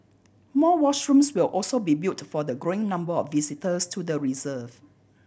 more washrooms will also be built for the growing number of visitors to the reserve